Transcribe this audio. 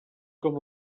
com